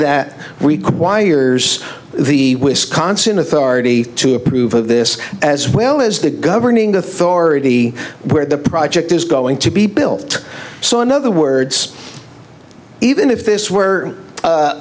that requires the wisconsin authority to approve of this as well as the governing authority where the project is going to be built so in other words even if this were